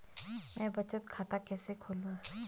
मैं बचत खाता कैसे खोलूँ?